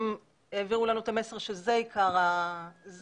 והעבירו לנו את המסר שזה עיקר המגבלה.